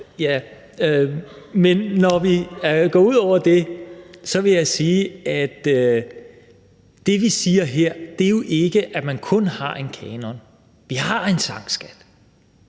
Men når vi går ud over det, vil jeg sige, at det, vi siger her, er ikke, at man kun har en kanon. Vi har en sangskat,